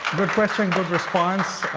good question. good response.